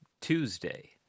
Tuesday